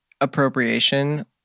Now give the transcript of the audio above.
appropriation